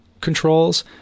controls